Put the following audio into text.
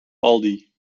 aldi